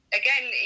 again